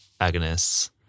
agonists